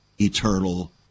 eternal